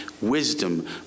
wisdom